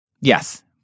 Yes